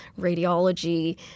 radiology